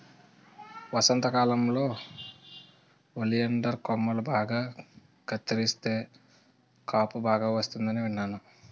వసంతకాలంలో ఒలియండర్ కొమ్మలు బాగా కత్తిరిస్తే కాపు బాగా వస్తుందని విన్నాను